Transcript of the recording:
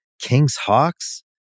Kings-Hawks